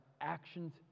actions